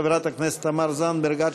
חברת הכנסת תמר זנדברג,